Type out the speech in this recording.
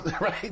Right